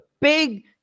big